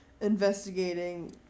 investigating